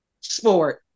sport